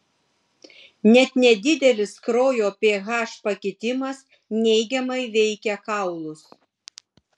net nedidelis kraujo ph pakitimas neigiamai veikia kaulus